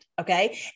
okay